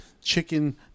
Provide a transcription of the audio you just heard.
chicken